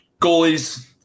Goalies